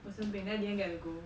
我生病 then I didn't get to go